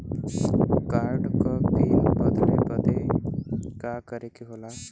Card क PIN बदले बदी का करे के होला?